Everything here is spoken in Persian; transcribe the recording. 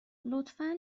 لطفا